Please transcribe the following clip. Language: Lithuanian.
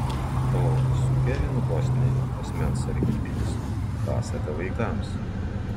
o su kevinu kostneriu asmens sargybinis pasaka vaikams